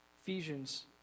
Ephesians